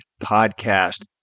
podcast